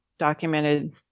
documented